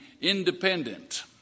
independent